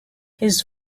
his